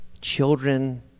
children